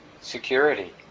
security